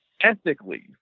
ethically